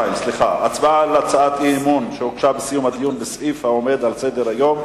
"הצבעה על הצעת אי-אמון שהוגשה בסיום הדיון בסעיף העומד על סדר-היום,